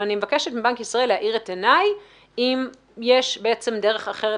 אני מבקשת מבנק ישראל להאיר את עיני אם יש דרך אחרת